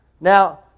Now